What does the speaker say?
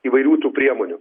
įvairių tų priemonių